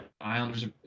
Islanders